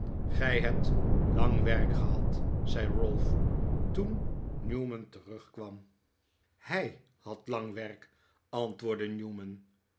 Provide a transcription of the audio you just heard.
gij hebt lang werk gehad zei ralph toen newman terugkwam fa ot nikolaas nickleby hij had lang werk antwoordde newman